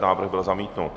Návrh byl zamítnut.